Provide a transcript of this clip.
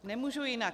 Nemůžu jinak.